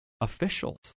officials